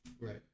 Right